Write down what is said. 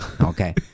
Okay